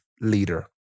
leader